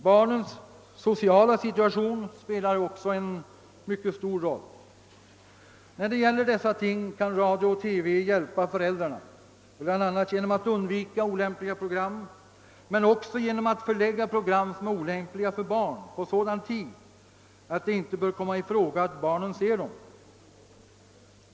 Barnens sociala situation spelar också en mycket stor roll. När det gäller dessa ting kan Sveriges Radio hjälpa föräldrarna, bland annat genom att undvika olämpliga program men också genom att förlägga sådana program till tid då det inte bör komma i fråga att barnen ser dem.